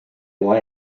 loe